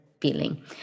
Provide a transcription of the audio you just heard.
feeling